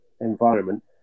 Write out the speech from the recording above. environment